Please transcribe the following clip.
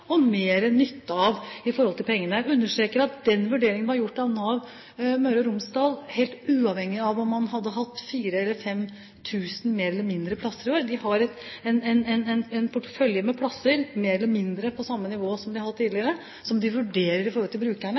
og mer nytte av når det gjelder penger. Jeg understreker at den vurderingen var gjort av Nav Møre og Romsdal, helt uavhengig av om man hadde hatt 4 000 eller 5 000 flere eller færre plasser i år. De har en portefølje av plasser – mer eller mindre på samme nivå som de har hatt tidligere – som de vurderer i forhold til brukerne,